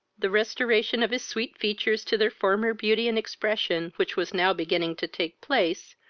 the restoration of his sweet features to their former beauty and expression, which was now beginning to take place,